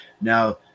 Now